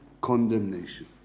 condemnation